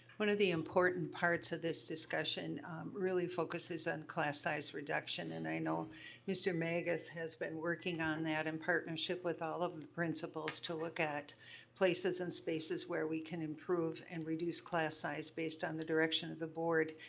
one of the important parts of this discussion really focuses on class-size reduction and i know mr. magus has been working on that in partnership with all of of the principals to look at places and spaces where we can improve and reduce class size based on the direction of the board.